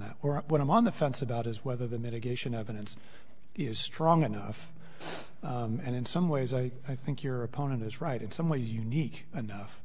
t when i'm on the fence about is whether the mitigation evidence is strong enough and in some ways i think your opponent is right in some way unique enough